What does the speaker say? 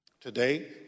Today